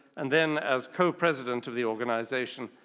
and then as co-president of the organization,